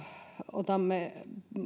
otamme